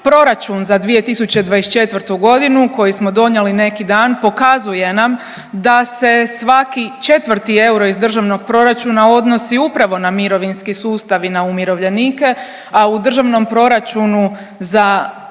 Proračun za 2024. g. koji smo donijeli neki dan, pokazuje nam da se svaki 4. euro iz državnog proračuna odnosi upravo na mirovinski sustav i na umirovljenike, a u državnom proračunu za